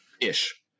ish